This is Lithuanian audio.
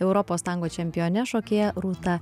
europos tango čempione šokėja rūta